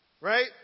right